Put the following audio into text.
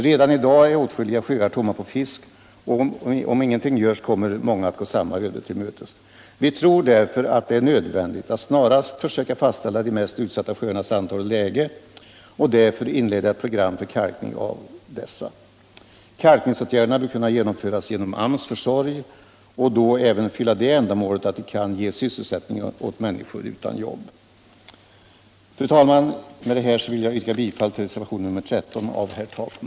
Redan i dag är åtskilliga sjöar tomma på fisk och om inget görs kommer många att gå samma öde till mötes. Vi tror därför att det är nödvändigt att snarast försöka fastställa de mest utsatta sjöarnas antal och läge och därefter inleda ett program för kalkning av dessa. Kalkningsåtgärderna bör kunna genomföras genom AMS försorg och då även fylla det ändamålet att kunna ge sysselsättning åt människor utan jobb. Fru talman! Med det anförda vill jag yrka bifall till reservationen 13 av herr Takman.